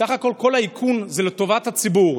בסך הכול כל האיכון זה לטובת הציבור.